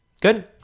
Good